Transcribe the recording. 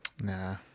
Nah